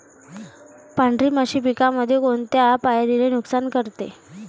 पांढरी माशी पिकामंदी कोनत्या पायरीले नुकसान करते?